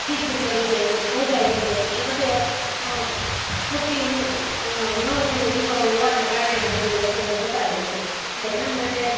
ખીજ ચડી જાય છે ક્રોધ આવી જાય છે એ બધે પૂરતી ઊંઘ ન ઊંઘ હોવાને કારણે આ બધું અસરો બતાવે છે એટલે એના માટે